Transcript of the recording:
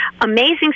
amazing